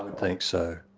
and think so.